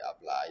apply